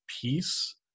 peace